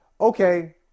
okay